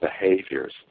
Behaviors